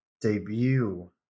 debut